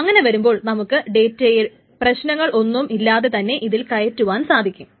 അങ്ങനെ വരുമ്പോൾ നമുക്ക് ഡേറ്റയെ പ്രശ്നങ്ങൾ ഒന്നും ഇല്ലാതെ തന്നെ ഇതിൽ കയറ്റുവാൻ സാധിക്കും